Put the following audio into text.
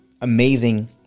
amazing